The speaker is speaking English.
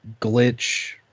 glitch